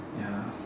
ya